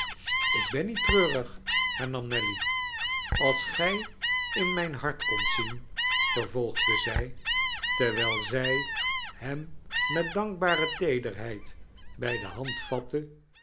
ik ben niet treurig hernam nelly als gij in mijn hart kondt zien vervolgde zij terwijl zij hem met dankbare teederheid bij de